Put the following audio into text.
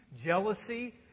jealousy